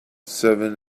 seven